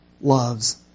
loves